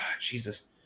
Jesus